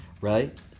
Right